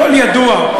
הכול ידוע.